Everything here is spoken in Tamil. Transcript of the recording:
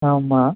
ஆமாம்